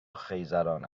خیزران